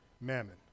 Mammon